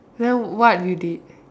then what you did